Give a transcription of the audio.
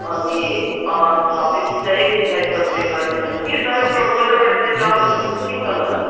अनि छ पिस चाहिँ सयपत्री गरिदिनुहोस् कि तपाईँकोमा गोदावरी चाहिँ डबल हो कि सिङ्गल होला